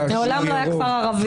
מעולם לא הייתה כפר ערבי.